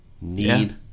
need